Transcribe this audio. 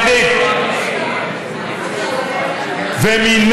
חבריי חברי הכנסת המתוקים והמתוקות מן הקואליציה ומן האופוזיציה,